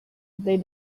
they